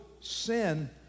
sin